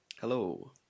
Hello